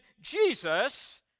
Jesus